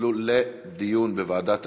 לדיון בוועדת הכספים.